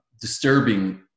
disturbing